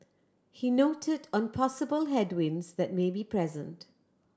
he noted on possible headwinds that may be present